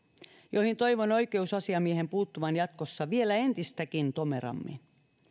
joihin toivon oikeusasiamiehen puuttuvan jatkossa vielä entistäkin tomerammin